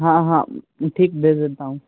ہاں ہاں ٹھیک بھیج دیتا ہوں